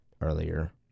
earlier